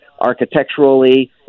architecturally